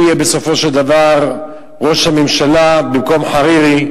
יהיה בסופו של דבר ראש הממשלה במקום חרירי.